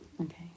Okay